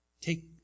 take